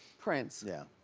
prince. yeah.